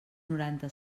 noranta